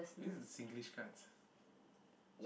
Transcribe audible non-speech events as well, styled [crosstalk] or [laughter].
this is the Singlish cards [breath]